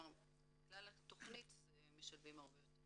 בכלל התכנית משתתפים הרבה יותר.